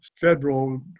federal